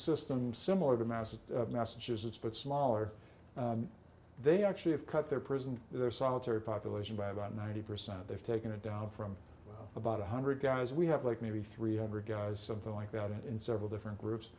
system similar to mass of massachusetts but smaller they actually have cut their prison their solitary population by about ninety percent they've taken it down from about one hundred guys we have like maybe three hundred guys something like that in several different groups